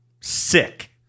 Sick